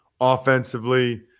Offensively